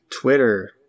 twitter